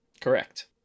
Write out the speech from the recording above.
Correct